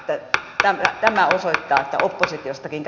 tätä tämä osoittaa että oppositiostakin